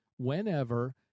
whenever